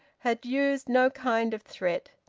had used no kind of threat.